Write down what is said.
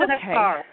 okay